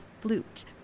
flute